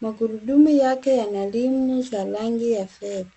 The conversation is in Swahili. Magurudumu yake yana rimu za rangi ya fedha.